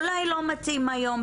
אולי לא מתאים היום.